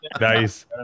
Nice